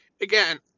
again